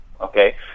okay